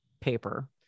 paper